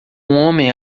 homem